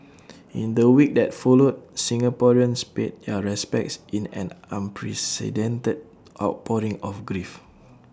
in the week that followed Singaporeans paid their respects in an unprecedented outpouring of grief